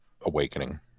awakening